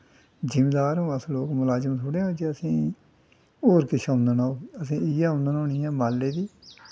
जमींदार आं अस लोग मलाज़म थोह्ड़े आं केह् असेंगी होर किश आमदन औग असेंगी इ'यै आमदन होनी ऐ माल्ले दी